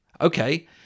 Okay